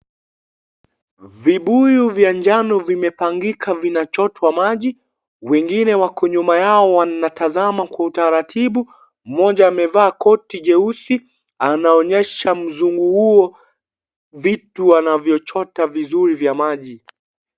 Vibuyu vya njano vimepangika, vinachotwa maji. Wengine wako nyuma yao wanatazama kwa utaratibu. Mmoja amevaa koti jeusi, anaonyesha mzungu huo vitu anavyochota vizuri vya maji.